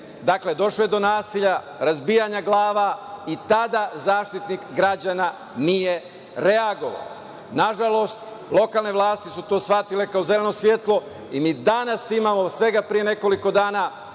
Dakle, došlo je do nasilja, razbijanja glava, i tada Zaštitnik građana nije reagovao. Nažalost, lokalne vlasti su to shvatile kao zeleno svetlo i mi danas imamo, svega pre nekoliko dana